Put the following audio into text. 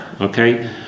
okay